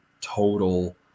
total